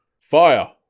Fire